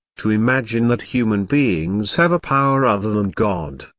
to imagine that human beings have a power other than god,